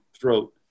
throat